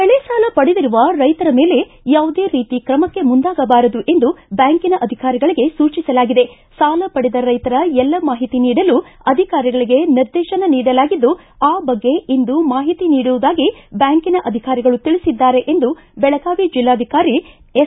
ಬೆಳೆಸಾಲ ಪಡೆದಿರುವ ರೈತರ ಮೇಲೆ ಯಾವುದೇ ರೀತಿ ಕ್ರಮಕ್ಕೆ ಮುಂದಾಗಬಾರದು ಎಂದು ಬ್ಯಾಂಕಿನ ಅಧಿಕಾರಿಗಳಿಗೆ ಸೂಚಿಸಲಾಗಿದೆ ಸಾಲ ಪಡೆದ ರೈತರ ಎಲ್ಲ ಮಾಹಿತಿ ನೀಡಲು ಅಧಿಕಾರಿಗಳಿಗೆ ನಿರ್ದೇತನ ನೀಡಲಾಗಿದ್ದು ಆ ಬಗ್ಗೆ ಇಂದು ಮಾಹಿತಿ ನೀಡುವುದಾಗಿ ಬ್ಯಾಂಕಿನ ಅಧಿಕಾರಿಗಳು ತಿಳಿಸಿದ್ದಾರೆ ಎಂದು ಬೆಳಗಾವಿ ಜಿಲ್ಲಾಧಿಕಾರಿ ಎಸ್